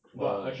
orh